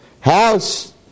house